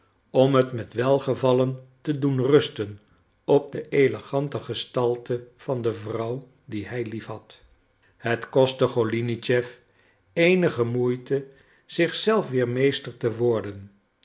om het met welgevallen te doen rusten op de elegante gestalte van de vrouw die hij liefhad het kostte golinitschef eenige moeite zich zelf weer meester te worden